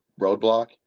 roadblock